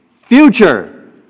Future